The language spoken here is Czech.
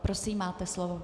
Prosím, máte slovo.